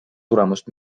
tulemust